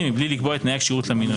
מבלי לקבוע את תנאי הכשירות למינוי.